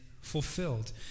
fulfilled